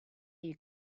you